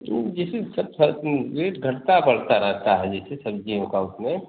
जैसी छट हर रेट घटता बढ़ता रहता है जैसे सब्ज़ियों का उसमें